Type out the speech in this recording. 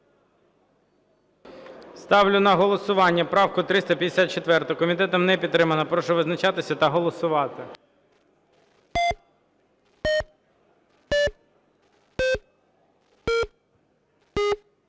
Ставлю на голосування правку 354. Комітетом не підтримана. Прошу визначатися та голосувати.